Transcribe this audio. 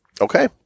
Okay